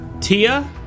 Tia